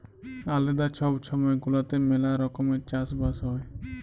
আলেদা ছব ছময় গুলাতে ম্যালা রকমের চাষ বাস হ্যয়